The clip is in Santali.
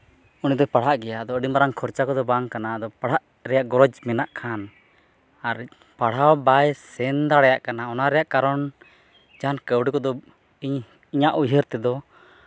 ᱩᱱᱤᱫᱚᱭ ᱯᱟᱲᱦᱟᱜ ᱜᱮᱭᱟ ᱟᱹᱰᱤ ᱢᱟᱨᱟᱝ ᱠᱷᱚᱨᱪᱟ ᱠᱚᱫᱚ ᱵᱟᱝ ᱠᱟᱱᱟ ᱟᱫᱚ ᱯᱟᱲᱦᱟᱜ ᱨᱮᱭᱟᱜ ᱜᱚᱨᱚᱡᱽ ᱢᱮᱱᱟᱜ ᱠᱷᱟᱱ ᱟᱨ ᱯᱟᱲᱦᱟᱣ ᱵᱟᱭ ᱥᱮᱱ ᱫᱟᱲᱮᱭᱟᱜ ᱠᱟᱱᱟ ᱚᱱᱟ ᱨᱮᱭᱟᱜ ᱠᱟᱨᱚᱱ ᱡᱟᱦᱟᱱ ᱠᱟᱹᱣᱰᱤ ᱠᱚᱫᱚ ᱤᱧ ᱤᱧᱟᱹᱜ ᱩᱭᱦᱟᱹᱨ ᱛᱮᱫᱚ